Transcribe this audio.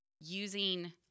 using